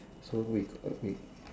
so we got we